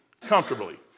Comfortably